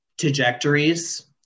trajectories